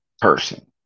person